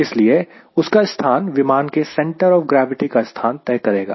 इसलिए उसका स्थान विमान के सेंटर ऑफ ग्रैविटी का स्थान तय करेगा